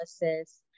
analysis